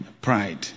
Pride